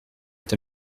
est